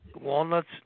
walnuts